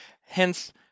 hence